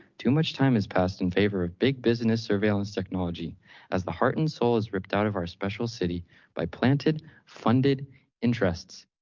too much time has passed in favor of big business surveillance technology as the heart and soul is ripped out of our special city by planted funded interests.